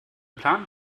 plan